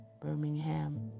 Birmingham